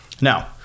Now